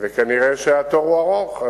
וכנראה התור הוא ארוך.